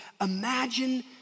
imagine